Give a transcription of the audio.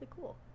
cool